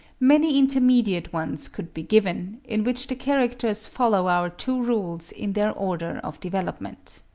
many intermediate ones could be given, in which the characters follow our two rules in their order of development.